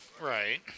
Right